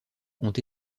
ont